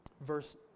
verse